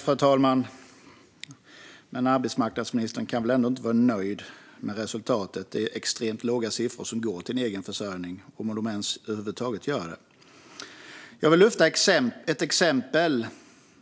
Fru talman! Arbetsmarknadsministern kan väl ändå inte vara nöjd med resultatet. Det är extremt låga siffror och få människor som går till en egen försörjning, om någon över huvud taget gör det. Jag vill lyfta fram ett exempel